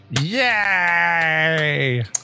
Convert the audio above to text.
Yay